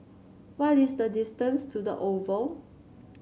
what is the distance to the Oval